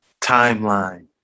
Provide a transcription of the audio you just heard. timeline